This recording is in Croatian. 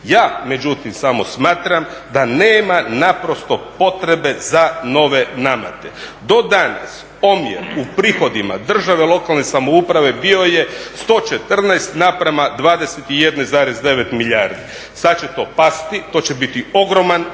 Ja međutim samo smatram da nema naprosto potrebe za nove namete. Do danas omjer u prihodima države, lokalne samouprave bio je 114 naprema 21,9 milijardi, sad će to pasti, to će biti ogroman